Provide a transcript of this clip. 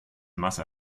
masse